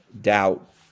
doubt